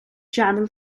channel